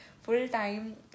Full-time